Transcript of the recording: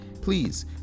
Please